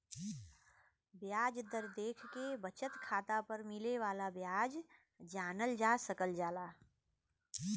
ब्याज दर देखके बचत खाता पर मिले वाला ब्याज जानल जा सकल जाला